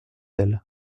elle